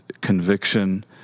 conviction